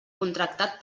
contractat